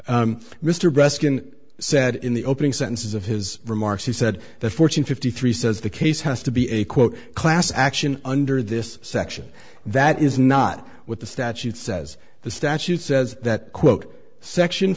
breslin said in the opening sentences of his remarks he said that fortune fifty three says the case has to be a quote class action under this section that is not what the statute says the statute says that quote section